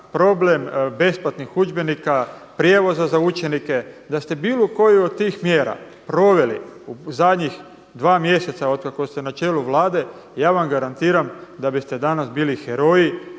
problem besplatnih udžbenika, prijevoza za učenika, da ste bilo koju od tih mjera proveli u zadnjih dva mjeseca od kako ste na čelu Vlade, ja vam garantiram da biste danas bili heroji,